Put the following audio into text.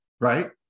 right